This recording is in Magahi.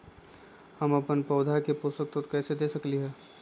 हम अपन पौधा के पोषक तत्व कैसे दे सकली ह?